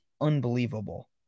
unbelievable